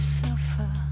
suffer